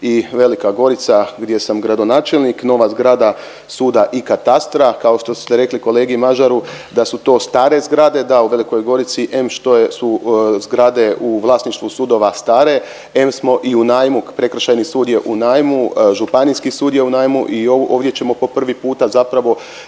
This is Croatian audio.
i Velika Gorica gdjesam gradonačelnik, nova zgrada suda i katastra, kao što ste rekli kolegi Mažaru, da su to stare zgrade, da, u Velikoj Gorici, em što su zgrade u vlasništvu sudova stare, em smo i u najmu, Prekršajni sud je u najmu, Županijski sud je u najmu i ovdje ćemo po prvi puta zapravo